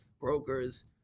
brokers